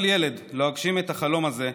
כל ילד שאגשים לו את החלום הזה,